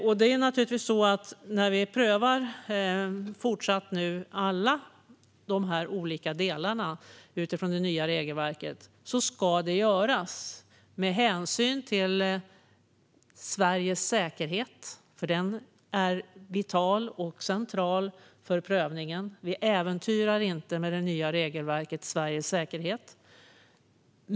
När vi fortsatt prövar alla dessa olika delar utifrån det nya regelverket ska detta naturligtvis göras med hänsyn till Sveriges säkerhet, som är vital och central för prövningen. Vi äventyrar inte Sveriges säkerhet med det nya regelverket.